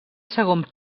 segon